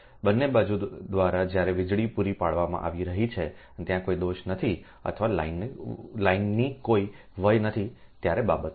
બંને બાજુ દ્વારા જ્યારે વીજળી પૂરી પાડવામાં આવી રહી છે અને ત્યાં કોઈ દોષ નથી અથવા લાઇનની કોઈ વય નથી ત્યારે બાબતો છે